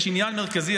יש עניין מרכזי,